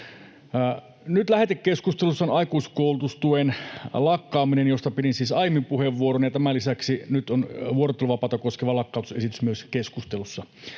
Nyt lähetekeskustelussa on aikuiskoulutustuen lakkaaminen, josta pidin siis aiemmin puheenvuoron, ja tämän lisäksi nyt on vuorotteluvapaata koskeva lakkautusesitys myös keskustelussa.